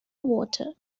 water